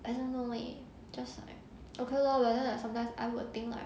I don't know leh just like okay lor whether like sometimes I would think like